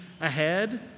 ahead